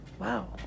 Wow